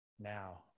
now